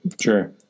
Sure